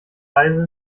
reise